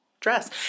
dress